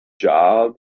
job